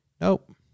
Nope